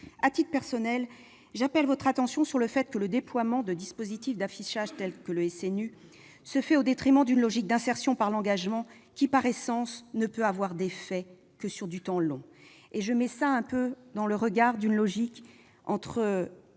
À titre personnel, j'appelle votre attention sur le fait que le déploiement de dispositifs d'affichage, tel que le SNU, se fait au détriment d'une logique d'insertion par l'engagement, qui, par essence, ne peut avoir d'effets que sur le temps long. C'est cette même logique